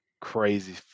crazy